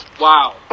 wow